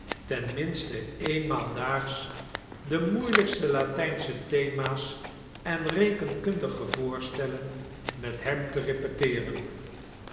ten minste eenmaal daags de moeielijkste latijnsche thema's en rekenkundige voorstellen met hem te repeteeren